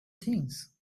things